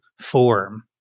form